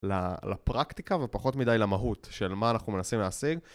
לפרקטיקה ופחות מדי למהות של מה אנחנו מנסים להשיג.